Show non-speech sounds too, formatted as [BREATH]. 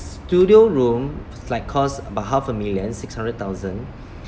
studio room flat cost about half a million six hundred thousand [BREATH]